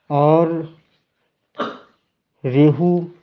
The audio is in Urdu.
اور ریہو